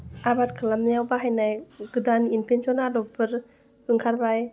आबाद खालामनायाव बाहायनाय गोदान इनभेनसन आदबफोर ओंखारबाय